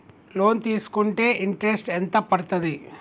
Loan తీస్కుంటే interest ఎంత పడ్తది?